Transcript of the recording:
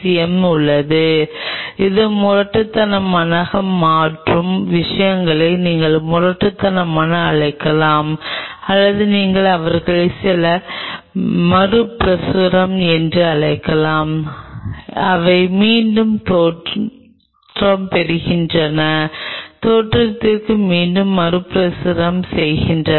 M உள்ளது இது முரட்டுத்தனமாக மாறும் விஷயங்களை நீங்கள் முரட்டுத்தனமாக அழைக்கலாம் அல்லது நீங்கள் அவர்களை சில மறுபிரசுரம் என்று அழைக்கலாம் அவை மீண்டும் தோற்றம் பெறுகின்றன தோற்றத்திற்கு மீண்டும் மறுபிரசுரம் செய்கின்றன